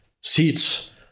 seats